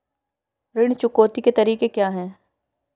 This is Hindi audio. ऋण चुकौती के तरीके क्या हैं?